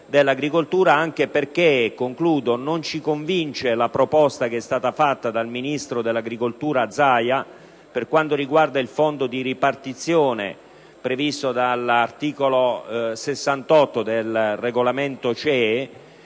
anche perché non ci convince la proposta avanzata dal ministro dell'agricoltura Zaia circa il fondo di ripartizione previsto dall'articolo 68 del Regolamento CE,